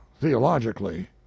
theologically